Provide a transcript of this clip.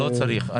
לא צריך.